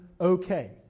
okay